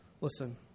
listen